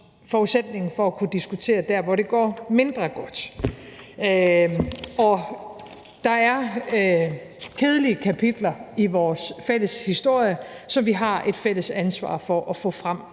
forudsætningen for at kunne diskutere der, hvor det går mindre godt. Der er kedelige kapitler i vores fælles historie, som vi har et fælles ansvar for at få frem